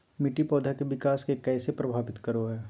मिट्टी पौधा के विकास के कइसे प्रभावित करो हइ?